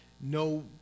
no